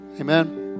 Amen